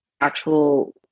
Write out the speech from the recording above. actual